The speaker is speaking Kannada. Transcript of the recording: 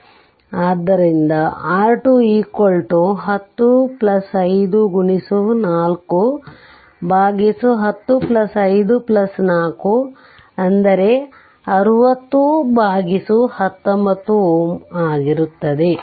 ಆದ್ದರಿಂದ R2105x41054 6019 Ω